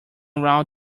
around